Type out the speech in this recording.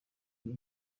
vie